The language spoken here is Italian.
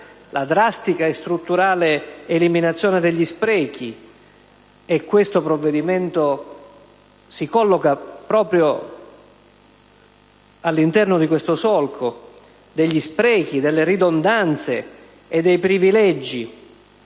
la drastica e strutturale eliminazione degli sprechi - questo provvedimento si colloca proprio nel solco degli sprechi, delle ridondanze e dei privilegi